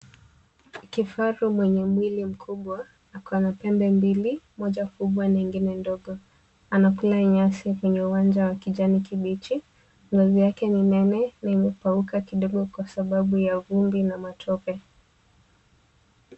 Kifaru mwenye mwili mkubwa ako na pembe mbili, moja kubwa, nyingine ndogo. Anakula nyasi kwenye uwanja wa kijani kibichi. Ngozi yake ni nene na imepauka kidogo kwa sababu ya vumbi na matope.